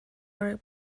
were